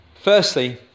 Firstly